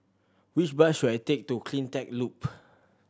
which bus should I take to Cleantech Loop